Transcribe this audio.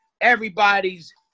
everybody's